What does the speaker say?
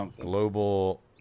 Global